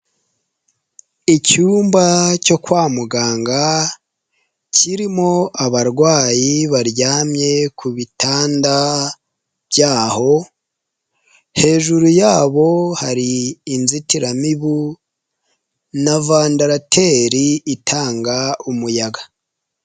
Icyumba cyo kwa muganga kirimo abarwayi baryamye ku bitanda byaho, hejuru yabo hari inzitiramibu na vandarateri itanga umuyaga.